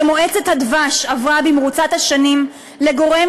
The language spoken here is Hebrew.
שמועצת הדבש עברה במרוצת השנים להיות גורם